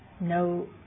no